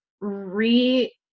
re